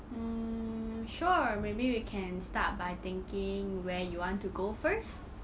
mm sure maybe we can start by thinking where you want to go first